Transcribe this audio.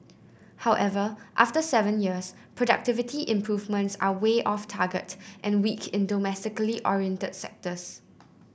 however after seven years productivity improvements are way off target and weak in domestically oriented sectors